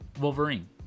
Wolverine